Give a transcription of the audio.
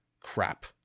crap